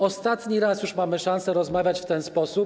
Ostatni raz już mamy szansę rozmawiać w ten sposób.